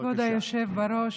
כבוד היושב-ראש,